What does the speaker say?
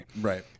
Right